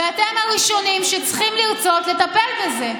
ואתם הראשונים שצריכים לרצות לטפל בזה.